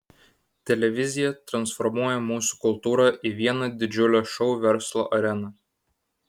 televizija transformuoja mūsų kultūrą į vieną didžiulę šou verslo areną